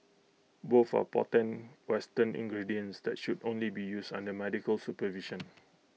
both are potent western ingredients that should only be used under medical supervision